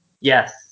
Yes